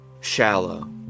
shallow